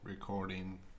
Recording